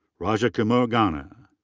rajakumar ganne. ah